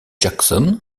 jackson